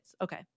Okay